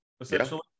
essentially